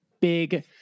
big